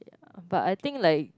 but I think like